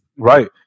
Right